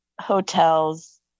hotels